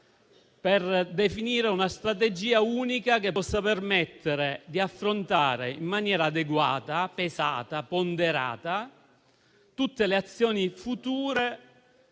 per definire una strategia unica che possa permettere di affrontare in maniera adeguata, pesata e ponderata tutte le azioni future,